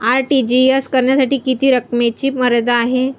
RTGS करण्यासाठी किती रकमेची मर्यादा आहे?